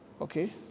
Okay